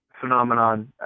phenomenon